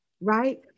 right